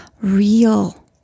real